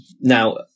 Now